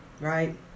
right